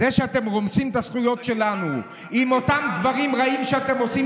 זה שאתם רומסים את הזכויות שלנו עם אותם דברים רעים שאתם עושים,